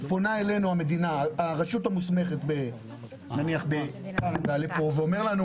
פונה אלינו הרשות המוסמכת נניח בקנדה ואומרת לנו